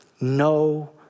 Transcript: no